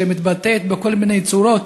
שמתבטאת בכל מיני צורות,